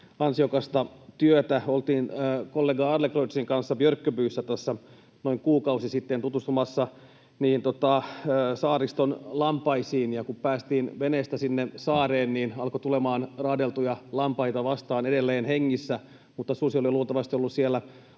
ansiokasta työtä. Oltiin kollega Adlercreutzin kanssa Björköbyssä noin kuukausi sitten tutustumassa saariston lampaisiin, ja kun päästiin veneestä saareen, niin alkoi tulemaan raadeltuja lampaita vastaan — edelleen hengissä, mutta susi oli luultavasti ollut siellä